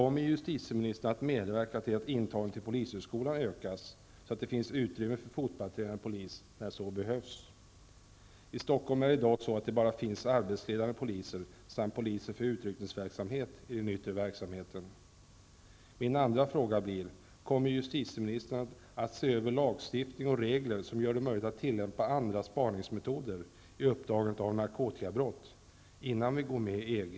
Min andra fråga är om justitieministern kommer att se över lagstiftning och regler som gör det möjligt att tillämpa andra spaningsmetoder vid uppdagandet av narkotikabrott innan vi går med i EG.